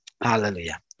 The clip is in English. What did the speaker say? Hallelujah